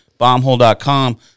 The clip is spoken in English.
bombhole.com